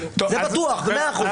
זה בטוח במאה אחוז.